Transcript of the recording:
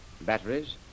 batteries